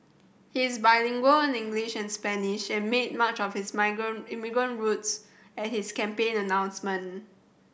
he is bilingual in English and Spanish and made much of his immigrant roots at his campaign announcement